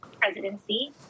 presidency